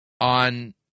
on